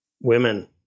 women